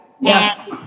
Yes